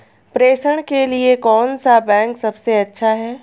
प्रेषण के लिए कौन सा बैंक सबसे अच्छा है?